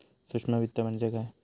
सूक्ष्म वित्त म्हणजे काय?